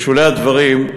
בשולי הדברים,